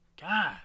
God